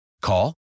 Call